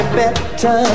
better